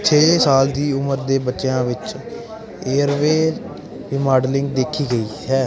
ਛੇ ਸਾਲ ਦੀ ਉਮਰ ਦੇ ਬੱਚਿਆਂ ਵਿੱਚ ਏਅਰਵੇਅ ਰੀਮਾਡਲਿੰਗ ਦੇਖੀ ਗਈ ਹੈ